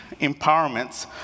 empowerments